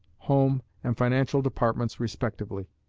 home, and financial departments respectively.